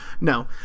No